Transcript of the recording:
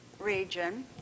region